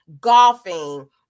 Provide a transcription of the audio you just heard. golfing